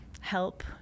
help